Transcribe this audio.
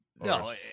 No